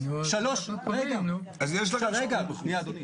אז יש לכם 80%. רגע, שנייה אדוני.